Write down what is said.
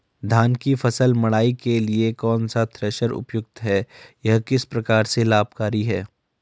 धान की फसल मड़ाई के लिए कौन सा थ्रेशर उपयुक्त है यह किस प्रकार से लाभकारी है?